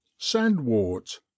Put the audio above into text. Sandwort